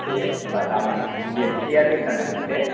दे होनबा गाबोन जेरैखिजाया दोनथार नांगोन दे